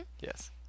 yes